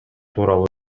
тууралуу